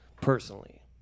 personally